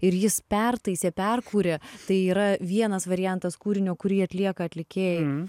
ir jis pertaisė perkūrė tai yra vienas variantas kūrinio kurį atlieka atlikėjai